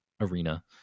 arena